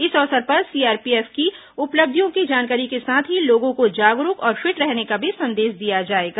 इस अवसर पर सीआरपीएफ की उपलब्धियों की जानकारी के साथ ही लोगों को जागरूक और फिट रहने का भी संदेश दिया जाएगा